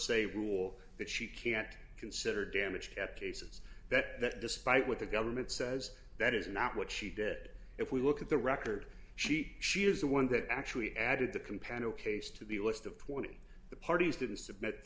se rule that she can't consider damaged at cases that despite what the government says that is not what she did if we look at the record she she is the one that actually added the compound a case to the list of twenty the parties didn't submit